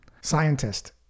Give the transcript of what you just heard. Scientist